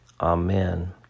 Amen